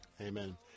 Amen